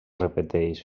repeteix